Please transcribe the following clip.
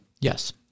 Yes